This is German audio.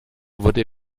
wurde